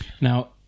Now